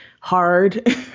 hard